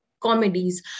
comedies